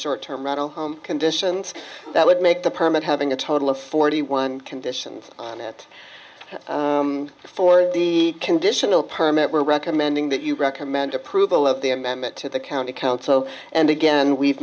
short term mental conditions that would make the permit having a total of forty one conditions on it for the conditional permit we're recommending that you recommend approval of the amendment to the county council and again we've